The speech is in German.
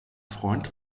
freund